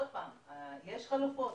עוד פעם, יש חלופות.